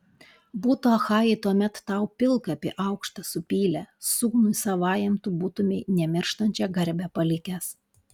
būtų achajai tuomet tau pilkapį aukštą supylę sūnui savajam tu būtumei nemirštančią garbę palikęs